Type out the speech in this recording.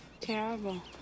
Terrible